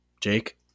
Jake